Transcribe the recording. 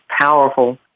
powerful